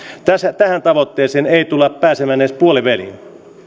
tähän tavoitteeseen ei tulla pääsemään edes puoliväliin